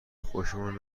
خوشمان